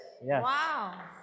Wow